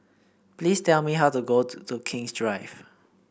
please tell me how to get to King's Drive